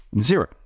zero